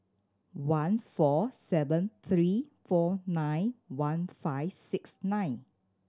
one four seven three four nine one five six nine